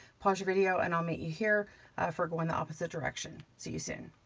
pause your video, and i'll meet you here for going the opposite direction, see you soon.